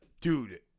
Dude